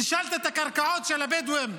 נישלת את הקרקעות של הבדואים,